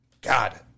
God